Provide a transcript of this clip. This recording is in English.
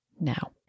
now